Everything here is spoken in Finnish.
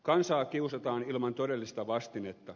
kansaa kiusataan ilman todellista vastinetta